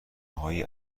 های